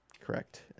correct